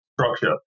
structure